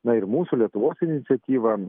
na ir mūsų lietuvos iniciatyva